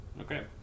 Okay